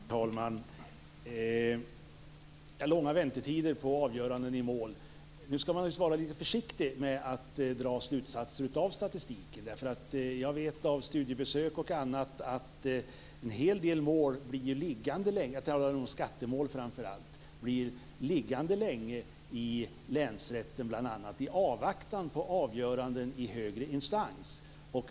Herr talman! När det gäller långa väntetider vid avgöranden i mål skall man vara litet försiktig med att dra slutsatser av statistiken. Jag vet av studiebesök och annat att en hel del mål blir liggande länge, framför allt skattemål, i bl.a. länsrätten i avvaktan på avgörandet i högre instans.